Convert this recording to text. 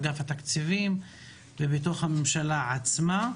אגף התקציבים ובתוך הממשלה עצמה.